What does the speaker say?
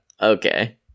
okay